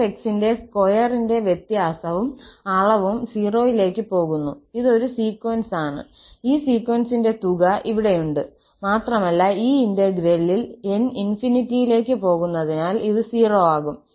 𝑓𝑥 ന്റെ സ്ക്വയറിന്റെ വ്യത്യാസവും അളവും 0 ലേക്ക് പോകുന്നു ഇത് ഒരു സീക്വൻസ് ആണ് ഈ സീക്വൻസിന്റെ തുക ഇവിടെയുണ്ട് മാത്രമല്ല ഈ ഇന്റഗ്രലിൽ 𝑛 ∞ യിലേക്ക് പോകുന്നതിനാൽ ഇത് 0 ആകും